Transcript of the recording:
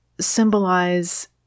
symbolize